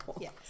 Yes